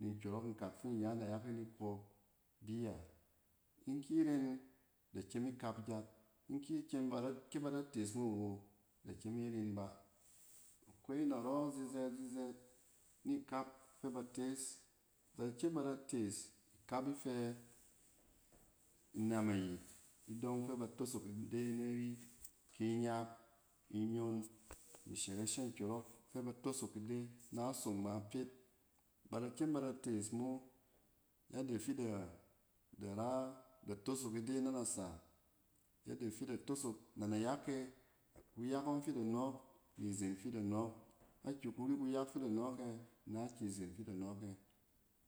Ni nkyɔrɔk nkak fin ya nayak e nikɔ biya. In ki ren da kyem ikap gyat in ki kyem bada, kɛ da, kɛ ba da tees mo wo da kyem iren ba. Akwai, narɔ zizɛɛt-zizɛɛt ni kap fɛ ba tees. Ba da kyem ba da tees ikap ifɛ inam ayit idɔng fɛ ba tosok ida nari, ki inyak, ni nyon ni shɛrɛshɛ nkyɔrɔk fɛ ba tosok ide na osom ba pet. Ba da kyem ba da tees mo yadda fi da ra da tosok ide na nasa. Yadda fi de tosok na nayak e. Kuyak ɔng fi da nɔɔk, nizen fi da nɔɔk, akiyi kuri kuyak fi da nɔɔk ɛ na kizen fi da nɔɔkɛ?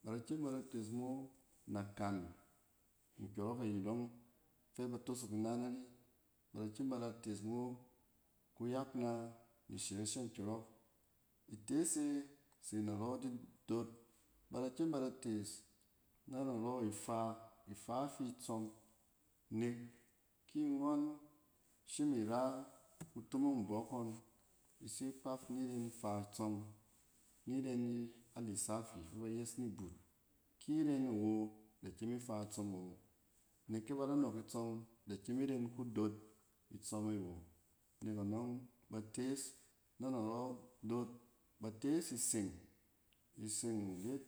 Ba da kyem ba da tees mo nakan kyɔrɔk ayit yɔng fɛ ba tosok ina nari. Bada kyem ba da tees mo kyak na ni sɛrɛshe nkyɔrɔk. Itees e se narɔ di-dot. Bada kyem bada tees na narɔ ifaa. Ifaa ifi itsɔm nek ki ngɔn shim ira kutomong mbɔkɔn, isa kpaf niren faa itsɔm ni reni a litsafi fɛ ba yes ni but. Ki ren awo, da kyem ifaa itsɔm awo. Nek kɛ ba da nɔk itsɔm, da kyem iren kudot itsɔm e awo. Nek anɔng ba tees na narɔ dot, ba tees iseng. Iseng yet.